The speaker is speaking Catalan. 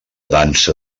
dansa